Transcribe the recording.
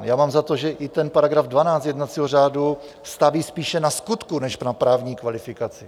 Já mám za to, že i § 12 jednacího řádu staví spíše na skutku než na právní kvalifikaci.